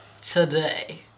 today